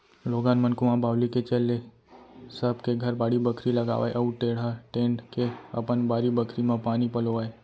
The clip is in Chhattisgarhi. लोगन मन कुंआ बावली के चल ले सब के घर बाड़ी बखरी लगावय अउ टेड़ा टेंड़ के अपन बारी बखरी म पानी पलोवय